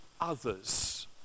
others